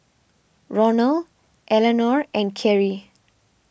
Ronald Eleanore and Kerrie